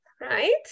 right